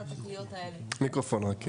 ובטח